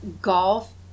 golf